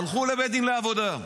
הלכו לבית דין לעבודה.